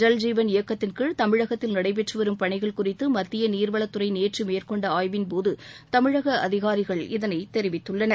ஜல் ஜீவன் இயக்கத்தின் கீழ் தமிழகத்தில் நடைபெற்று வரும் பணிகள் குறித்து மத்திய நீர்வளத்துறை நேற்று மேற்கொண்ட ஆய்வின் போது தமிழக அதிகாரிகள் இதனை தெரிவித்துள்ளனர்